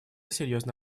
серьезно